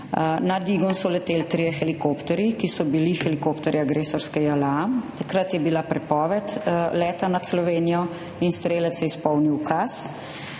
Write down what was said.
Nad Igom so leteli trije helikopterji, ki so bili helikopterji agresorske JLA. Takrat je bila prepoved leta nad Slovenijo in strelec je izpolnil ukaz.